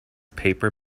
paper